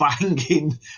banging